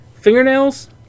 fingernails